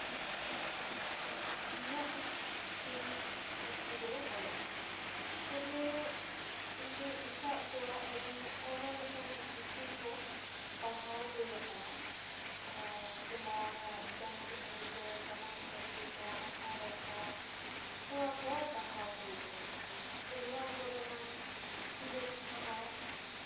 ᱤᱧᱟᱹᱜ ᱥᱤᱨᱤᱡᱽ ᱯᱩᱛᱷᱤ ᱫᱚ ᱵᱟᱹᱱᱩᱜᱼᱟ ᱛᱚᱵᱮ ᱤᱧ ᱫᱚ ᱮᱴᱟᱜ ᱠᱚᱣᱟᱜ ᱟᱹᱰᱤ ᱟᱭᱢᱟ ᱞᱮᱠᱟᱱᱟᱜ ᱯᱩᱛᱷᱤ ᱠᱚ ᱯᱟᱲᱦᱟᱣ ᱦᱩᱭ ᱟᱠᱟᱱᱟ ᱡᱮᱢᱚᱱ ᱜᱟᱢ ᱠᱟᱹᱦᱱᱤ ᱠᱚ ᱜᱟᱢᱟᱢ ᱠᱟᱹᱦᱱᱤ ᱠᱚ ᱚᱱᱚᱬᱦᱮ ᱠᱚ ᱱᱚᱣᱟ ᱠᱚ ᱯᱟᱲᱦᱟᱣ ᱦᱩᱭ ᱠᱟᱱᱟ ᱱᱚᱣᱟ ᱠᱚᱨᱮᱱᱟᱜ ᱛᱩᱞᱟᱹ ᱡᱚᱠᱷᱟ ᱦᱚᱸ